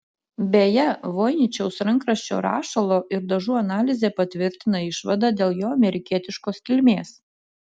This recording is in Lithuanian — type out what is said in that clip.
beje voiničiaus rankraščio rašalo ir dažų analizė patvirtina išvadą dėl jo amerikietiškos kilmės